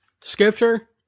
scripture